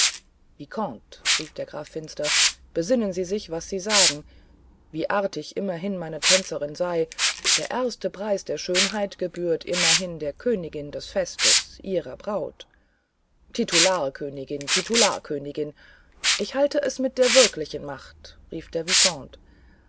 vicomte rief der graf finster besinnen sie sich was sie sagen wie artig immerhin meine tänzerin sei der erste preis der schönheit gebührt immerhin der königin dieses festes ihrer braut titularkönigin titularkönigin ich halte es mit der wirklichen macht rief der vicomte